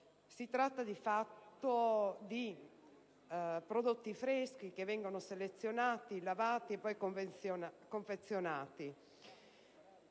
Si tratta, di fatto, di prodotti freschi, che vengono selezionati, lavati e poi confezionati